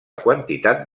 quantitat